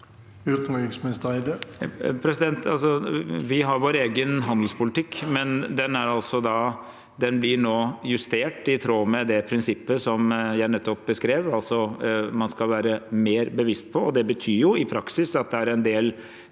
Utenriksminister Espen Barth Eide Vi har vår egen handelspolitikk, men den blir nå justert i tråd med det prinsippet som jeg nettopp beskrev, altså at man skal være mer bevisst. Det betyr i praksis at det er en del